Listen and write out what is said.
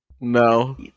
No